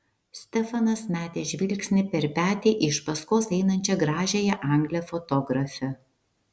stefanas metė žvilgsnį per petį į iš paskos einančią gražiąją anglę fotografę